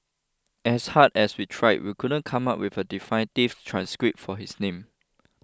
as hard as we tried we couldn't come up with a definitive transcript for his name